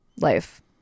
life